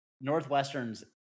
northwestern's